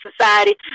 society